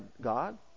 God